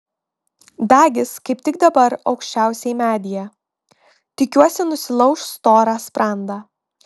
dagis kaip tik dabar aukščiausiai medyje tikiuosi nusilauš storą sprandą